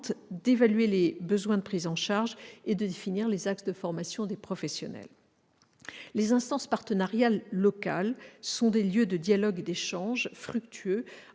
d'évaluer les besoins de prise en charge et de définir les axes de formation des professionnels. Les instances partenariales locales sont des lieux de dialogues et d'échanges fructueux